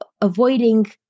avoiding